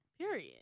period